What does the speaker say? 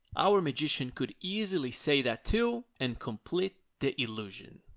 our magician could easily say that too, and complete the illusion.